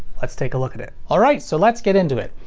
let's take a look at it. alright so let's get into it.